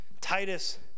Titus